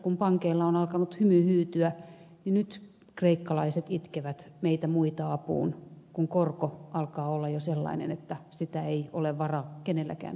kun pankeilla on alkanut hymy hyytyä niin nyt kreikkalaiset itkevät meitä muita apuun kun korko alkaa olla jo sellainen että sitä ei ole varaa kenelläkään enää maksaa